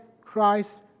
Christ